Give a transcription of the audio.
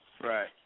Right